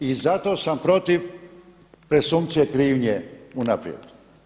I zato sam protiv presumpcije krivnje unaprijed.